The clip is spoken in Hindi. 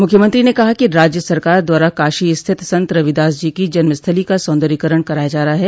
मुख्यमंत्री ने कहा कि राज्य सरकार द्वारा काशी स्थित संत रविदास जी की जन्मस्थली का सौन्दर्यीकरण कराया जा रहा है